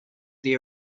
the